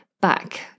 back